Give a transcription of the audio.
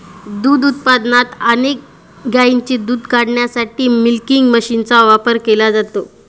दूध उत्पादनात अनेक गायींचे दूध काढण्यासाठी मिल्किंग मशीनचा वापर केला जातो